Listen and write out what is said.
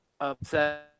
upset